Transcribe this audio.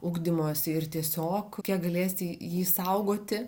ugdymosi ir tiesiog kokia galėsi jį saugoti